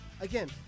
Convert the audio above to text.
Again